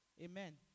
Amen